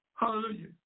Hallelujah